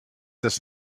this